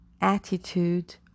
attitude